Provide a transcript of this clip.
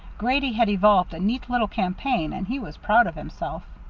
grady had evolved a neat little campaign, and he was proud of himself.